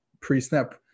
pre-snap